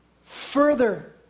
further